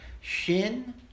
Shin